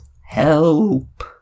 Help